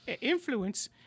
influence